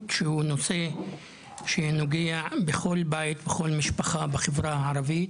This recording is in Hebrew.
שהוא נושא שנוגע בכל בית ובכל משפחה בחברה הערבית,